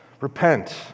repent